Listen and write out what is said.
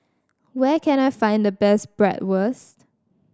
where can I find the best Bratwurst